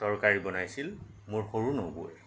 তৰকাৰী বনাইছিল মোৰ সৰু নবৌয়ে